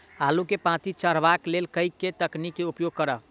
आलु केँ पांति चरावह केँ लेल केँ तकनीक केँ उपयोग करऽ?